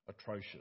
atrocious